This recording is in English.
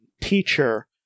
teacher